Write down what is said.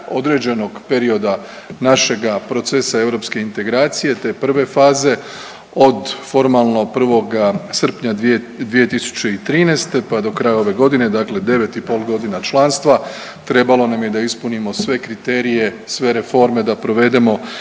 određenog perioda našega procesa europske integracije, te prve faze od formalno 1. srpnja 2013. pa do kraja ove godine, dakle 9 i pol godina članstva trebalo nam je da ispunimo sve kriterije, sve reforme da provedemo